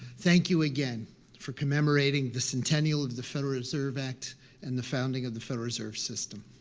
thank you again for commemorating the centennial of the federal reserve act and the founding of the federal reserve system.